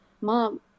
mom